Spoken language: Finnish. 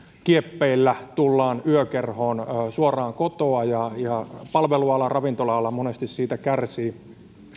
kieppeillä tullaan yökerhoon suoraan kotoa ja ja palveluala ravintola ala monesti siitä kärsii